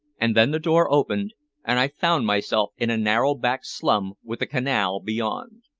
and then the door opened and i found myself in a narrow back slum with the canal beyond